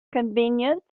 convenience